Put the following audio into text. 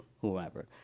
whoever